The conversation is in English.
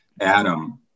Adam